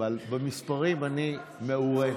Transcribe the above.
אבל במספרים אני מעורה.